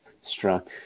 struck